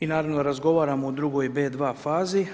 I naravno, razgovaramo o drugoj B2 fazi.